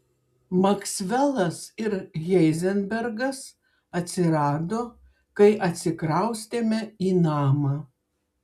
maksvelas ir heizenbergas atsirado kai atsikraustėme į namą